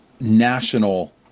national